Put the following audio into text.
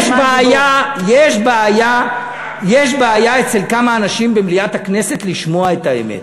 יש בעיה אצל כמה אנשים במליאת הכנסת לשמוע את האמת.